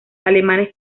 alemanes